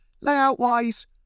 Layout-wise